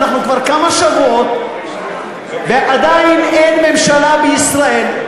אנחנו כבר כמה שבועות ועדיין אין ממשלה בישראל.